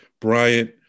Bryant